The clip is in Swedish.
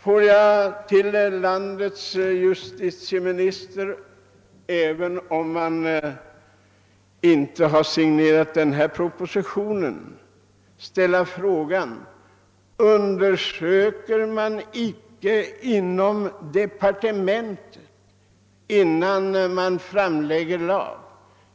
Får jag till landets justitieminister, även om han inte har signerat denna proposition, ställa frågan: Gör man icke någon undersökning inom departementet innan ett lagförslag framläggs?